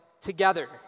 Together